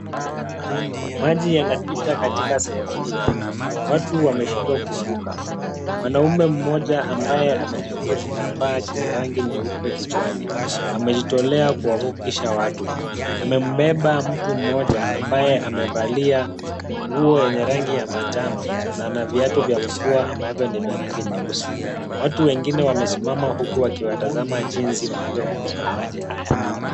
Maji yanapita katika sehemu hii. Watu wameshindwa kuvuka. Mwanamume mmoja ambaye amejifunga kitambaa chenye rangi nyeupe kichwani, amejitolea kuwavukisha watu. Amembeba mtu mmoja ambaye amevalia nguo yenye rangi ya manjano na ana viatu vya mvua ambavyo ni vya rangi nyeusi. Watu wengine wamesimama huku wakiwatazama jinsi wanavyovuka maji haya.